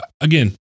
again